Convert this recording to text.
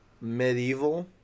medieval